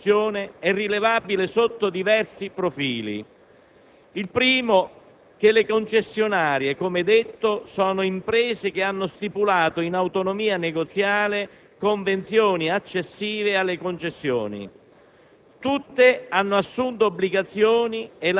La violazione dell'articolo 41 della Costituzione è rilevabile sotto diversi profili. Il primo: le concessionarie, come detto, sono imprese che hanno stipulato in autonomia negoziale convenzioni accessive alle concessioni.